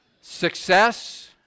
Success